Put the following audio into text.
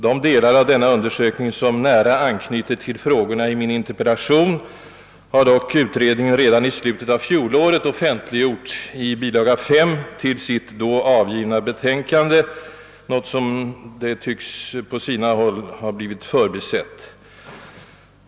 De delar av denna undersökning, som nära anknyter till frågorna i min interpellation har dock utredningen redan i slutet av fjolåret offentliggjort i bil. 5 till sitt då avgivna betänkande — något som på sina håll tycks ha blivit förbisett.